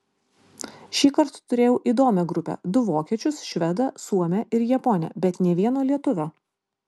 šįkart turėjau įdomią grupę du vokiečius švedą suomę ir japonę bet nė vieno lietuvio